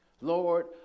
Lord